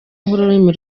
nk’ururimi